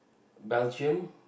Belguim